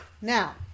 Now